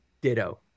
Ditto